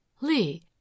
Lee